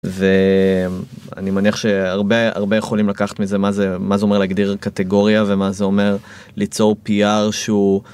ואני מניח שהרבה הרבה יכולים לקחת מזה מה זה מה זה אומר להגדיר קטגוריה ומה זה אומר ליצור pr שהוא...